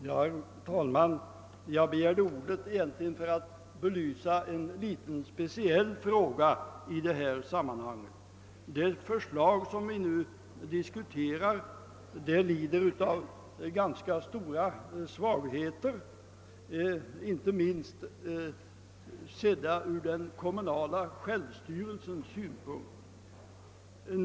Herr talman! Jag begärde egentligen ordet för att belysa en liten speciell fråga i detta sammanhang. Det förslag som vi nu diskuterar lider av ganska stora svagheter inte minst ur den kommunala självstyrelsens synpunkt.